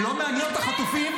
לא מעניין אותך חטופים?